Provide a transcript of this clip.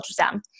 ultrasound